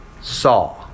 saw